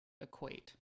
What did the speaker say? equate